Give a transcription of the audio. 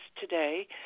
today